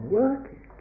working